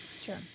Sure